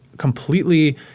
Completely